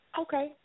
Okay